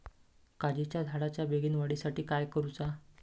काजीच्या झाडाच्या बेगीन वाढी साठी काय करूचा?